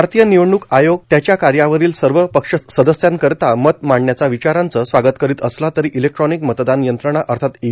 भारतीय निवडणूक आयोग त्याच्या कार्यावरिल सर्व पक्षसदस्यांकरिता मत मांडण्याच्या विचारांचं स्वागत करित असला तरी इलेक्ट्रानिक मतदान यंत्रणा अर्थात ई